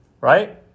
right